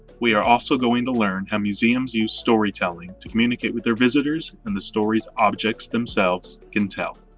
we are also going to learn how museums use storytelling to communicate with their visitors and the stories objects themselves can tell.